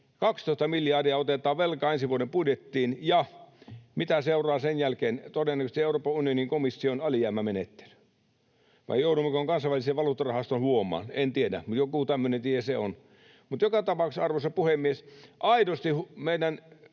12 miljardia otetaan velkaa ensi vuoden budjettiin, ja mitä seuraa sen jälkeen? Todennäköisesti Euroopan unionin komission alijäämämenettely, vai joudummeko me Kansainvälisen valuuttarahaston huomaan? En tiedä, mutta joku tämmöinen tie se on. Joka tapauksessa, arvoisa puhemies, aidosti meidän